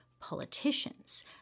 politicians